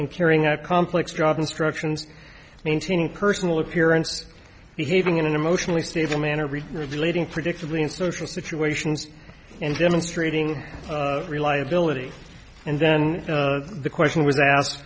and carrying out complex job instructions maintaining personal appearances behaving in an emotionally stable manner relating predictably in social situations and demonstrating reliability and then the question was asked